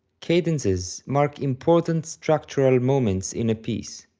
cadences mark important structural moments in a piece,